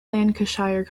lancashire